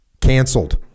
canceled